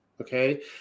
Okay